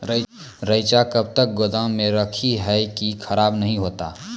रईचा कब तक गोदाम मे रखी है की खराब नहीं होता?